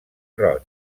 roig